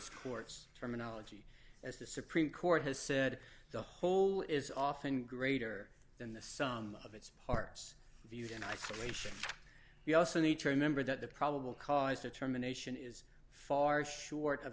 court's terminology as the supreme court has said the hole is often greater than the sum of its parts viewed in isolation you also need to remember that the probable cause determination is far short of